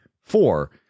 four